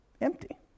Empty